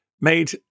made